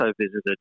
visited